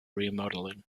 remodeling